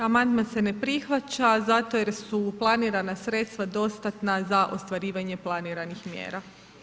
Amandman se ne prihvaća zato jer su planirana sredstva dostatna za ostvarivanje planiranih mjera.